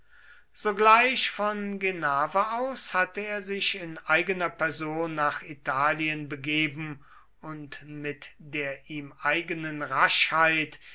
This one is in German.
sogleich von genava aus hatte er sich in eigener person nach italien begeben und mit der ihm eigenen